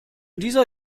dieser